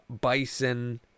bison